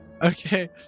Okay